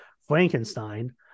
Frankenstein